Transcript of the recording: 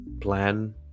plan